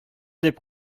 дип